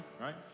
right